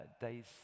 days